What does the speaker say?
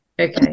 Okay